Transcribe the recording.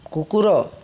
କୁକୁର